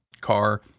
car